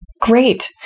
Great